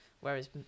whereas